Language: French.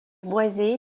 boisé